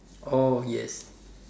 oh yes